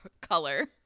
color